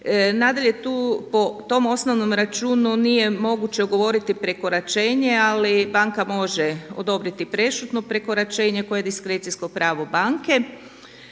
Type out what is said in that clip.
Nadalje tu po tom osnovnom računu nije moguće ugovoriti prekoračenje, ali banka može odobriti prešutno prekoračenje koje je diskrecijsko pravo banke,